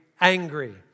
angry